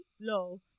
low